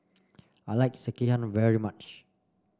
I like Sekihan very much